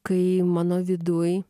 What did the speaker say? kai mano viduj